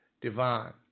divine